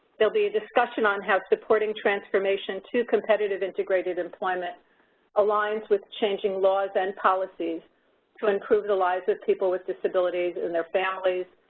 will be a discussion on how supporting transformation to competitive integrated employment aligns with changing laws and policies to improve the lives of people with disabilities and their families.